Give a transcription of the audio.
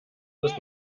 muss